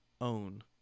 own